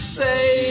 say